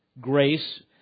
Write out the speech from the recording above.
grace